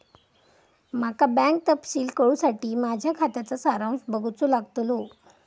माका बँक तपशील कळूसाठी माझ्या खात्याचा सारांश बघूचो लागतलो